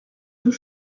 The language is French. deux